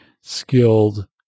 skilled